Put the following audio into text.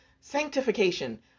sanctification